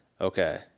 Okay